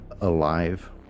alive